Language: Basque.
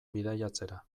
bidaiatzera